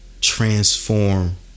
transform